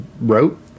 wrote